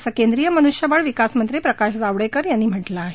असं केंद्रीय मनुष्यबळ विकासमंत्री प्रकाश जावडेकर यांनी म्हटलं आहे